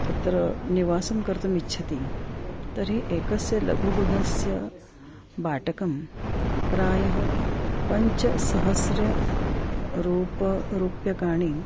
तत्र निवासं कर्तुम् इच्छति तर्हि एकस्य लघुगृहस्य भाटकं प्रायः पञ्चसहस्रं रूप रूप्यकाणि